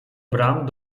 bram